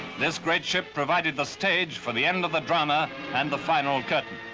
this great ship provided the stage for the end of the drama and the final curtain.